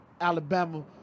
Alabama